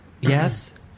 Yes